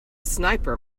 sniper